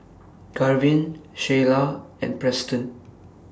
Garvin Shyla and Preston